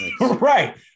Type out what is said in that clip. Right